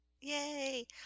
Yay